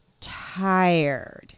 tired